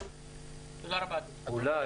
תודה רבה אדוני.